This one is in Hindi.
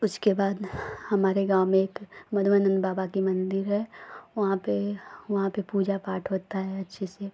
उसके बाद हमारे गाँव में एक माधवानन्द बाबा का मन्दिर है वहाँ पर वहाँ पर पूजा पाठ होता है अच्छे से